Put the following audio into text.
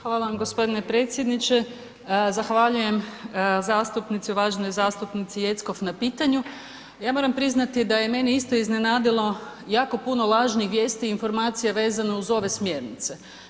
Hvala vam gospodine predsjedniče, zahvaljujem zastupnici, uvaženoj zastupnici Jeckov na pitanju, ja moram priznati da je mene isto iznenadilo jako puno lažnih vijesti i informacija vezano uz ove smjernice.